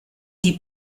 die